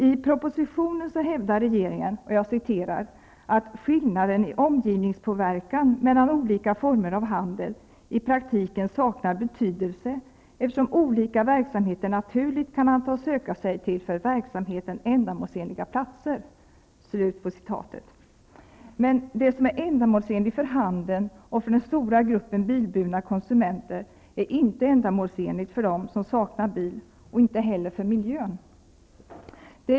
I propositionen hävdar regeringen att skillnaden i omgivningspåverkan mellan olika former av handel i praktiken saknar betydelse, eftersom olika verksamheter naturligt kan antas söka sig till för verksamheten ändamålsenliga platser. Det som är ändamålsenligt för handeln och för den stora gruppen bilburna konsumenter är inte ändamålsenligt för dem som saknar bil, inte heller för miljön.